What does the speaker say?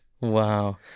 Wow